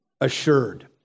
assured